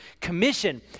Commission